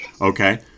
Okay